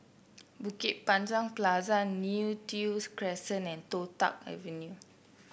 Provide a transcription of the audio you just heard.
Bukit Panjang Plaza Neo Tiew Crescent and Toh Tuck Avenue